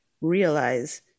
realize